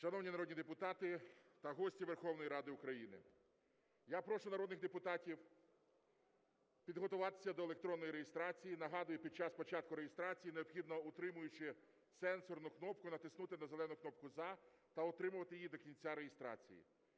Шановні народні депутати та гості Верховної Ради України! Я прошу народних депутатів підготуватися до електронної реєстрації. Нагадую, під час початку реєстрації необхідно, утримуючи сенсорну кнопку, натиснути на зелену кнопку "За" та утримувати її до кінця реєстрації.